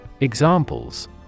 Examples